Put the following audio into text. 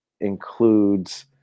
includes